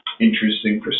interesting